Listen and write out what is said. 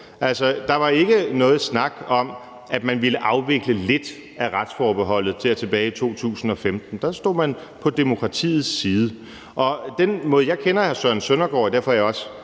Der var ikke noget snak om, at man ville afvikle lidt af retsforbeholdet der tilbage i 2015. Der stod man på demokratiets side, og i forhold til den måde, jeg kender hr. Søren Søndergaard på, er jeg også